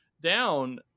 down